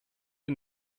die